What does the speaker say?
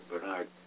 Bernard